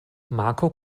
marco